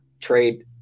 trade